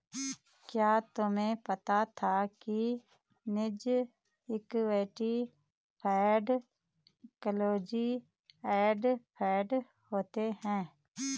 क्या तुम्हें पता था कि निजी equity fund close end fund होते हैं?